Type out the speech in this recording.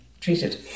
treated